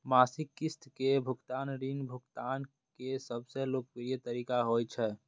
मासिक किस्त के भुगतान ऋण भुगतान के सबसं लोकप्रिय तरीका होइ छै